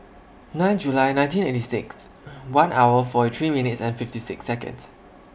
nine July nineteen eighty six one hour forty three minutes and fifty six Seconds